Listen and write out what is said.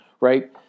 right